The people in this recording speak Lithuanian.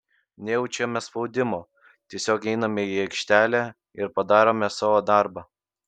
nejaučiame spaudimo tiesiog einame į aikštelę ir padarome savo darbą